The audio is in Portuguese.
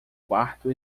quarto